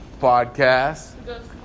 podcast